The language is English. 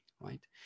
right